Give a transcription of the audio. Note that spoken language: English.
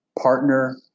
partner